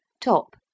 top